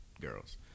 girls